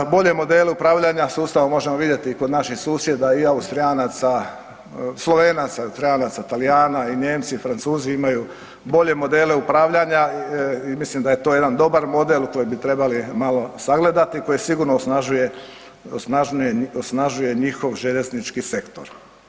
Bolje modele upravljanja sustavom možemo vidjeti kod naših susjeda i Austrijanaca, Slovenaca, ... Talijana i Nijemci i Francuzi imaju bolje modele upravljanja, i mislim da je to jedan dobar model u kojem bi trebali malo sagledati, koji sigurno osnažuje njihov željeznički sektor.